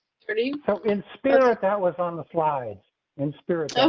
thirty so and spirit that was on the slides and spirit. so